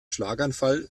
schlaganfall